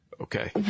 Okay